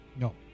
No